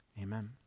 Amen